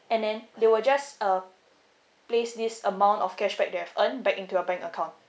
and then they will just uh place this amount of cashback you have earned back into your bank account